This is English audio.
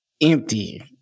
empty